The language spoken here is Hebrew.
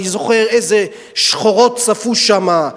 אני זוכר איזה שחורות צפו שם,